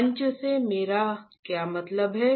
मंच से मेरा क्या मतलब है